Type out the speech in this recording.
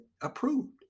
approved